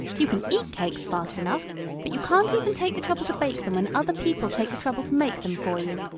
you can eat cakes fast enough but you can't even take the trouble to bake them when other people take the trouble to make them for you.